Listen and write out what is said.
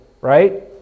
right